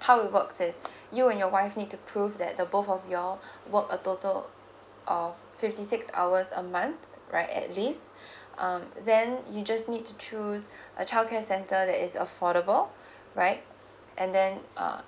how it works is you and your wife need to prove that the both of you all work a total of fifty six hours a month right at least um then you just need to choose a child care center that is affordable right and then uh